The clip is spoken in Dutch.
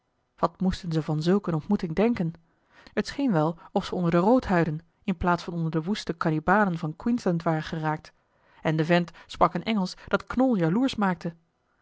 wat moesten ze van zulk eene ontmoeting denken het scheen wel of ze onder de roodhuiden in plaats van onder de woeste kannibalen van queensland waren geraakt en de vent sprak een engelsch dat knol jaloersch maakte